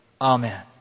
Amen